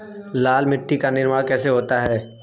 लाल मिट्टी का निर्माण कैसे होता है?